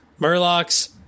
Murlocs